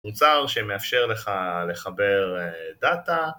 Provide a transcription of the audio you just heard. מוצר שמאפשר לך לחבר דאטה